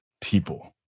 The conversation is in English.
people